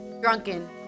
drunken